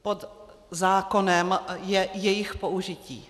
Pod zákonem je jejich použití.